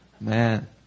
Man